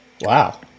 Wow